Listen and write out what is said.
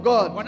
God